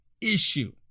issue